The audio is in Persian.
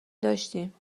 داشتیم